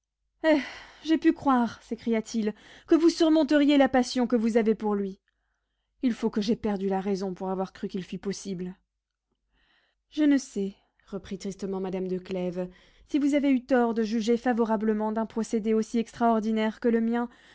j'ai pu croire s'écria-t-il que vous surmonteriez la passion que vous avez pour lui il faut que j'aie perdu la raison pour avoir cru qu'il fût possible je ne sais reprit tristement madame de clèves si vous avez eu tort de juger favorablement d'un procédé aussi extraordinaire que le mien